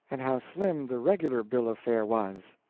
and how slim the regular bill of fare was.